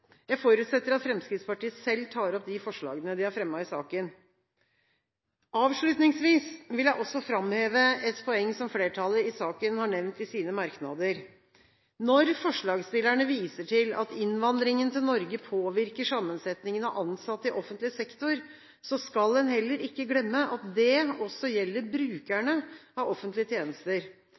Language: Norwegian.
Jeg forutsetter at Fremskrittspartiet selv tar opp de forslagene de har fremmet i saken. Avslutningsvis vil jeg også framheve et poeng som flertallet i saken har nevnt i sine merknader. Når forslagsstillerne viser til at innvandringen til Norge påvirker sammensetningen av ansatte i offentlig sektor, skal en heller ikke glemme at det også gjelder brukerne av offentlige tjenester.